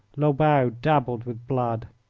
lobau dabbled with blood!